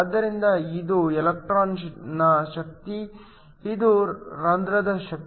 ಆದ್ದರಿಂದ ಇದು ಎಲೆಕ್ಟ್ರಾನ್ನ ಶಕ್ತಿ ಇದು ಹೋಲ್ ದ ಶಕ್ತಿ